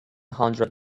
hundred